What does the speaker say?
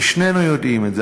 שנינו יודעים את זה,